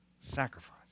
sacrifice